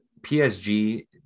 PSG –